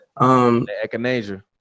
Echinacea